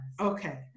Okay